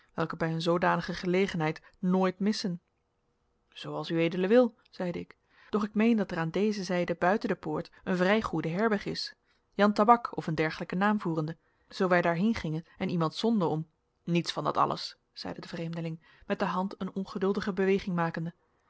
welke bij een zoodanige gelegenheid nooit missen zooals ued wil zeide ik doch ik meen dat er aan deze zijde buiten de poort een vrij goede herberg is jan tabak of een dergelijken naam voerende zoo wij daarheen gingen en iemand zonden om niets van dat alles zeide de vreemdeling met de hand een ongeduldige beweging makende